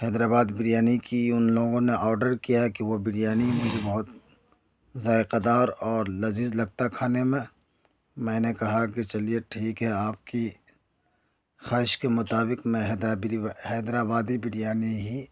حیدرآباد بریانی کی ان لوگوں نے آڈر کیا کہ وہ بریانی مجھے بہت ذائقہ دار اور لذیذ لگتا ہے کھانے میں میں نے کہا کہ چلیے ٹھیک ہے آپ کی خواہش کے مطابق میں حیدر حیدرآبادی بریانی ہی